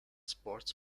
sports